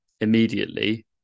Immediately